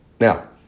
Now